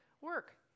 work